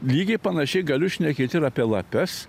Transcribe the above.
lygiai panašiai galiu šnekėt ir apie lapes